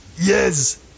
Yes